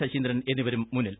ശശീന്ദ്രൻ എന്നിവരും മുന്നിൽ